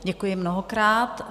Děkuji mnohokrát.